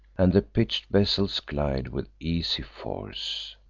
and the pitch'd vessels glide with easy force.